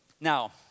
Now